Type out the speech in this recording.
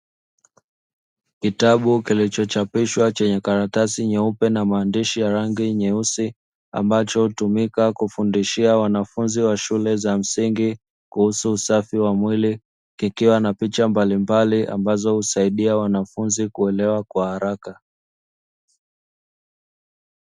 Kitabu kilichochapishwa chenye karatasi nyeupe na maandishi ya rangi nyeusi ambacho hutumika kufundishia wanafunzi wa shule ya msingi, kikiwa na picha mbalimbali ambazo husaidia wanafunzi kuelewa kwa haraka.